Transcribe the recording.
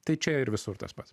tai čia ir visur tas pats